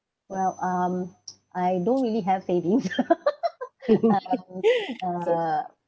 well um I don't really have savings